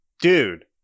dude